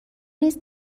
نیز